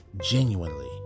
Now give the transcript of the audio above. Genuinely